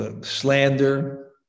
slander